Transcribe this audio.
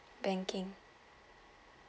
banking